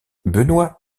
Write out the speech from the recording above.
benoît